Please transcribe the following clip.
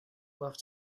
love